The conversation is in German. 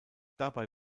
dabei